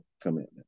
commitment